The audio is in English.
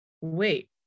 wait